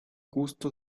gusto